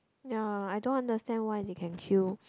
ya I don't understand why they can queue